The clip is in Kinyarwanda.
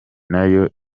nayo